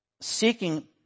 seeking